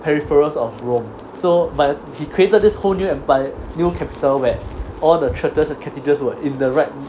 peripherals of rome so but he created this whole new empire new capital where all the churches cathedrals were in the right